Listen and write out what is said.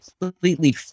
completely